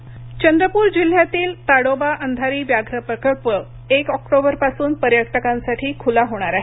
ताडोबा चंद्रपूर जिल्ह्यातील ताडोबा अंधारी व्याघ्र प्रकल्प एक ऑक्टोबरपासून पर्यटकांसाठी खुला होणार आहे